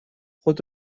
خود